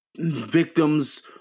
Victims